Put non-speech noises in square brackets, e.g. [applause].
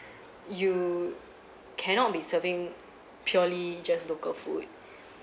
[breath] you cannot be serving purely just local food [breath]